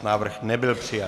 Návrh nebyl přijat.